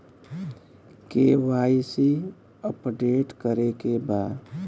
KYC update करे के बा?